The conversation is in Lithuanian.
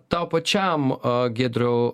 tau pačiam a giedrau